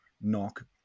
knock